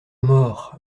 mort